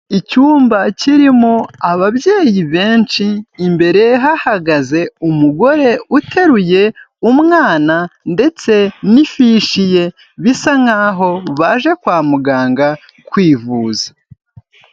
Icyumba kirimo ababyeyi benshi, imbere hahagaze umugore uteruye umwana ndetse n'ifishi ye bisa nkaho baje kwa muganga kwivuza.